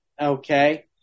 Okay